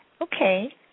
Okay